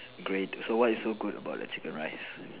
great okay so what is so good about the chicken rice